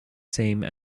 same